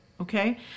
Okay